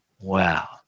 Wow